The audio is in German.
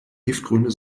giftgrüne